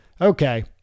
Okay